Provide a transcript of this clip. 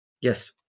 Yes